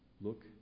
look